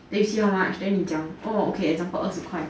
then you see how much then 你讲 oh okay example 二十块